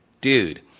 dude